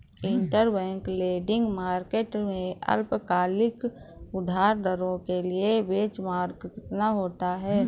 Interbank lending market में अल्पकालिक उधार दरों के लिए बेंचमार्क कितना होता है?